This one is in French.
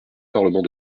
parlement